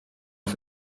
auf